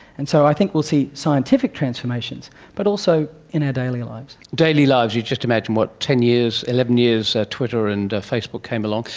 and so i think we will see scientific transformations but also in our daily lives. daily lives, you just imagine, what, ten years, eleven years, ah twitter and facebook came along,